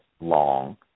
long